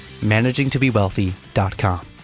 managingtobewealthy.com